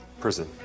prison